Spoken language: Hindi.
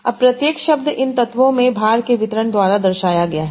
अब प्रत्येक शब्द इन तत्वों में भार के वितरण द्वारा दर्शाया गया है